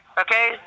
Okay